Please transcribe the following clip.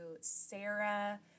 Sarah